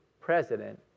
president